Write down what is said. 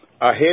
ahead